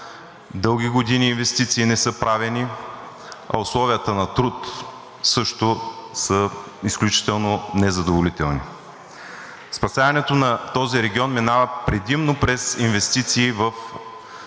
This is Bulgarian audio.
дълги години инвестиции не са правени, а условията на труд също са изключително незадоволителни. Спасяването на този регион минава предимно през инвестиции в